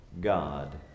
God